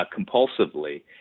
compulsively